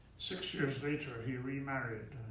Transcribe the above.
six years later, he remarried.